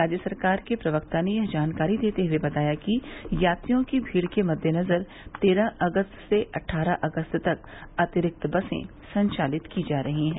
राज्य सरकार के प्रवक्ता ने यह जानकारी देते हुए बताया कि यात्रियों की भीड़ के मद्देनजर तेरह अगस्त से अट्ठारह अगस्त तक अतिरिक्त बसें संचालित की जा रही हैं